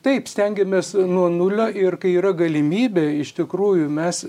taip stengiamės nuo nulio ir kai yra galimybė iš tikrųjų mes